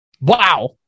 Wow